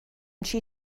she